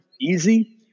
easy